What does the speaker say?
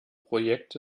projekt